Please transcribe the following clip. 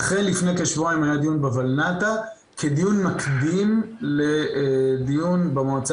אכן לפני כשבועיים היה דיון בולנת"ע כדיון מקדים לדיון במועצה